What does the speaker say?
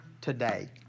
today